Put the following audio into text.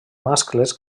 mascles